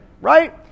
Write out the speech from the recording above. right